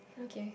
okay